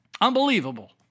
Unbelievable